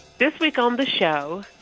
this week on the show,